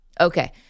Okay